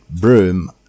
broom